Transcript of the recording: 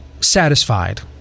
satisfied